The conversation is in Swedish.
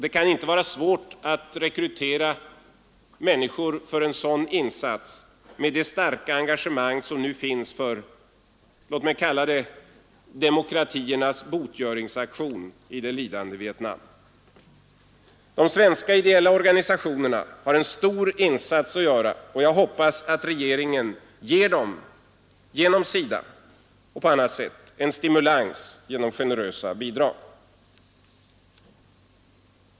Det kan inte vara svårt att rekrytera människor för en sådan insats, med det starka engagemang som nu finns för — låt mig kalla det — demokratiernas bortgöringsaktion i det lidande Vietnam. De svenska ideella organisationerna har en stor insats att göra, och jag hoppas att regeringen — genom SIDA och på annat sätt — ger dem en stimulans genom generösa bidrag.